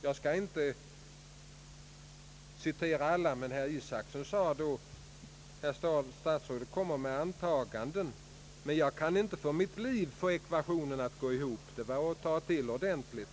Jag skall inte citera så mycket, men herr Isacson sade då: Herr statsrådet kommer med antaganden, men jag kan inte för mitt liv få ekvationen att gå ihop. Det var att ta till ordentligt.